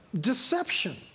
Deception